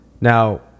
Now